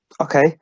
okay